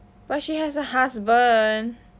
but she has a husband